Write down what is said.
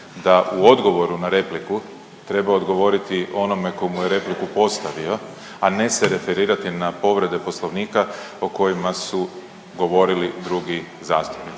da u odgovoru na repliku treba odgovoriti onome tko mu je repliku postavio, a ne se referirati na povrede Poslovnika o kojima su govorili drugi zastupnici.